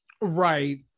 right